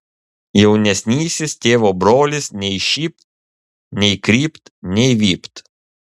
jaunesnysis tėvo brolis nei šypt nei krypt nei vypt